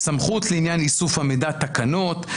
סמכות לעניין איסוף המידע, תקנות.